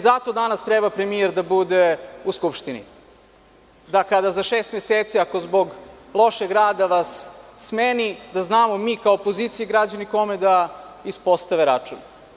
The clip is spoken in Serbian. Zato danas treba premijer da bude i u Skupštini, da kada ako vas za šest meseci zbog lošeg rada smeni, da mi znamo kao opozicija i građani kome da ispostave račun.